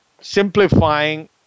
simplifying